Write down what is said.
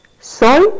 soy